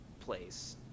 place